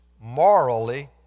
morally